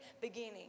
beginning